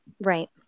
right